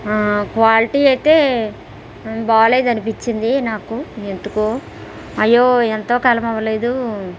quality అయితే బాలేదు అనిపించింది నాకు ఎందుకో అయ్యో ఎంతో కాలం అవ్వలేదు